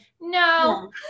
No